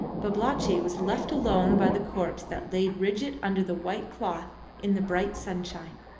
babalatchi was left alone by the corpse that laid rigid under the white cloth in the bright sunshine.